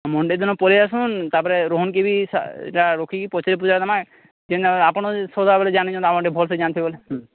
Monday ଦିନ ପଳେଇ ଆସନ୍ ତାପରେ ରୋହନ୍ କେ ବିି ଇଟା ରଖିକିରି ପଚ୍ରେଇ ପୁଚ୍ରା ଦେମା ଆପଣ୍ ସଦାବେଳେ ଜାଣିଛନ୍ ଆପଣ୍ ଟିକେ ଭଲ୍ସେ ଜାନିଥିବେ ବେଲେ